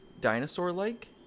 dinosaur-like